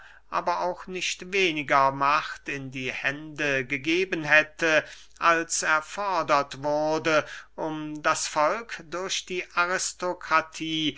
aber auch nicht weniger macht in die hände gegeben hätte als erfordert wurde um das volk durch die aristokratie